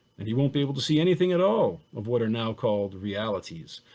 and you won't be able to see anything at all of what are now called realities.